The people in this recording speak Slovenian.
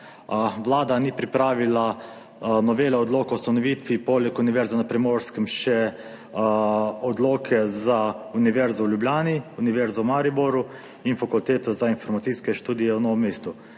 Vlada ni pripravila poleg novele Odloka o ustanovitvi Univerze na Primorskem še odloke za Univerzo v Ljubljani, Univerzo v Mariboru in Fakulteto za informacijske študije v Novem mestu.